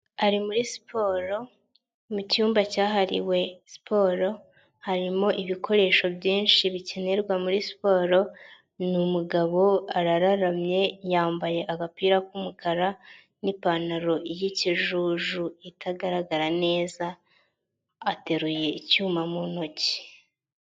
Ari muri siporo mu cyumba cyahariwe siporo, harimo ibikoresho byinshi bikenerwa muri siporo, ni umugabo arararamye yambaye agapira k'umukara n'ipantaro y'ikijuju itagaragara neza ateruye icyuma mu ntoki.